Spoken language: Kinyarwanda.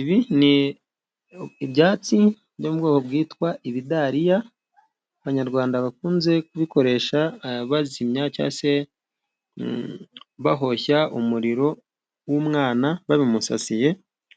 Ibi ni ibyatsi byo mu bwoko bwitwa ibidariya, abanyarwanda bakunze kubikoresha bazimya cyangwa se bahosha umuriro w'umwana babimusasiye,